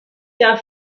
der